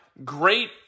Great